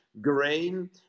grain